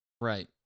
right